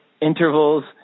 intervals